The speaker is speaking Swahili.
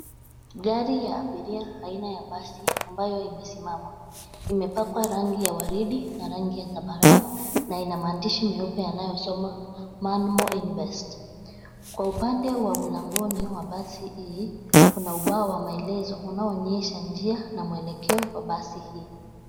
Gari ya abiria aina ya basi ambayo imesimama. Imepakwa rangi ya waridi na rangi ya zambarau na ina maandishi meupe yanayosomwa Manmo invest . Kwa upande wa mlangoni wa basi hii, kuna ubao wa maelezo unaonyesha njia na mwelekeo wa basi hii.